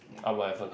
aiya whatever lah